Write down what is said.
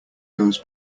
goes